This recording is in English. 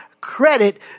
credit